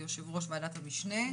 ליו"ר ועדת המשנה,